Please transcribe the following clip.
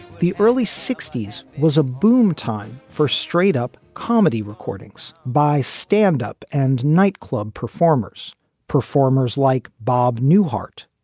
the early sixty s was a boom time for straight up comedy recordings by standup and nightclub performers performers like bob newhart.